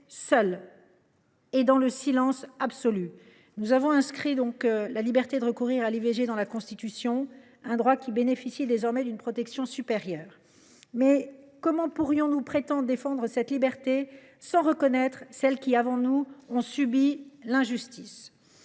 seules, dans le silence absolu ? Nous avons inscrit la liberté de recourir à l’IVG dans la Constitution, afin de garantir à ce droit une protection supérieure. Mais comment pourrions nous prétendre défendre cette liberté sans reconnaître celles qui, avant nous, ont subi l’injustice ?